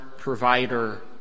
provider